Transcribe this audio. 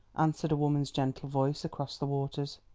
answered a woman's gentle voice across the waters.